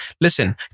Listen